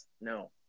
no